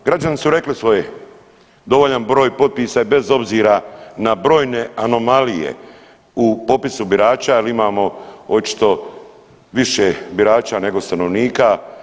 Građani su rekli svoje, dovoljan broj potpisa je bez obzira na brojne anomalije u popisu birača jer imamo očito više birača nego stanovnika.